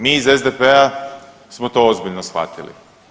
Mi iz SDP-a smo to ozbiljno shvatili.